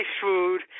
food